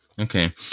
Okay